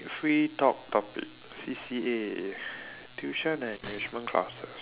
free talk topic C_C_A tuition and enrichment classes